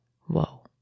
Whoa